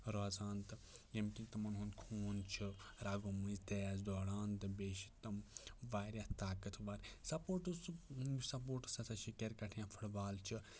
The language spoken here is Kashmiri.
روزان تہٕ ییٚمہِ کہِ تِمَن ہُنٛد خوٗن چھُ رَگو مٔنٛزۍ تیز دوران تہٕ بیٚیہِ چھِ تِم واریاہ طاقت واریاہ سَپورٹٕس یُس سَپورٹٕس ہَسا چھِ کِرکَٹ یا فُٹ بال چھِ